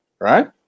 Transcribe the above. Right